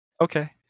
okay